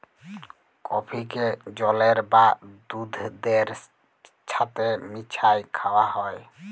কফিকে জলের বা দুহুদের ছাথে মিশাঁয় খাউয়া হ্যয়